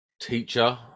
teacher